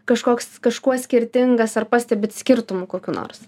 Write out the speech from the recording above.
kažkoks kažkuo skirtingas ar pastebit skirtumų kokių nors